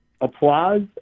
applause